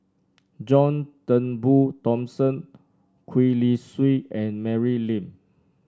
John Turnbull Thomson Gwee Li Sui and Mary Lim